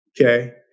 Okay